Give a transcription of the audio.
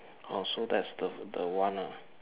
orh so that's the the one nah